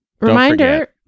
reminder